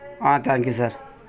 ah thank you sir